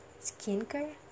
skincare